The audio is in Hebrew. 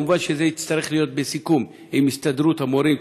מובן שזה יצטרך להיות בסיכום עם הסתדרות המורים,